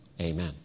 amen